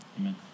amen